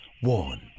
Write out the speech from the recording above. one